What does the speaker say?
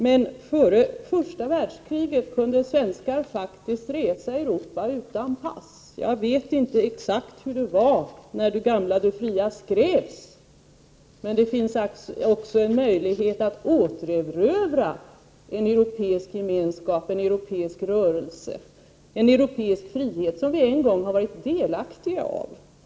Men före det första världskriget kunde svenskar faktiskt resa i Europa utan pass. Jag vet inte exakt hur förhållandena var när Du gamla, du fria skrevs. Det finns emellertid en möjlighet att återerövra en europeisk gemenskap, en europeisk rörelse och en europeiska frihet som vi en gång har varit delaktiga av.